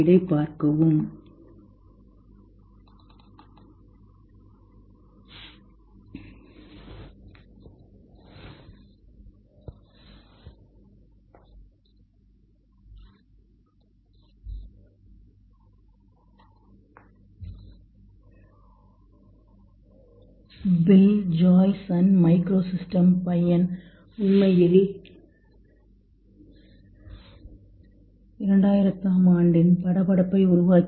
bill Joy Sun Micro System பையன் உண்மையில் 2000 ஆம் ஆண்டில் படபடப்பை உருவாக்கினார்